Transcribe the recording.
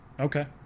Okay